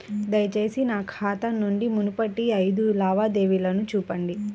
దయచేసి నా ఖాతా నుండి మునుపటి ఐదు లావాదేవీలను చూపండి